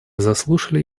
заслушали